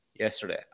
yesterday